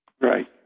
Right